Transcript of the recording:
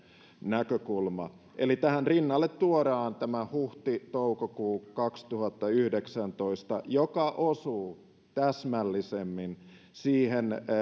näkökulma eli tähän rinnalle tuodaan tämä huhti toukokuu kaksituhattayhdeksäntoista joka osuu täsmällisemmin